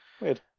Weird